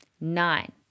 Nine